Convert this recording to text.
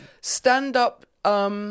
Stand-up